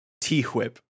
T-Whip